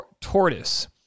tortoise